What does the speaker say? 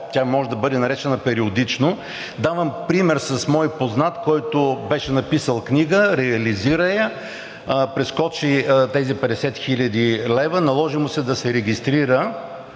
тя може да бъде наречена периодична. Давам пример с мой познат, който беше написал книга, реализира я, прескочи тези 50 хил. лв., наложи му се да се регистрира,